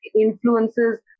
influences